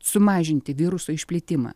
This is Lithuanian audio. sumažinti viruso išplitimą